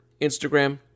instagram